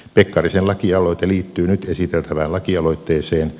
pekkarisen lakialoite liittyy nyt esiteltävään lakialoitteeseen